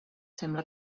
sembla